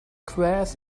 grass